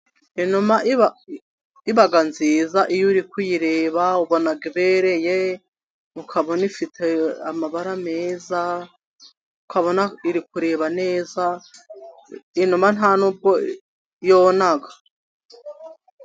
Inuma iba nziza iyo uri kuyireba ubona ibereye ukabona ifite amabara meza ukabona iri kureba neza inuma nta nubwo yona.